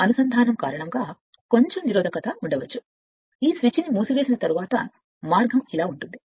ఈ నిరోధకతను 0 కితగ్గించినప్పుడు సంబంధం వల్ల కొంచెం నిరోధకత ఉండవచ్చు ఈ స్విచ్ని మూసివేసిన తర్వాత మార్గం ఇలా ఉంటుంది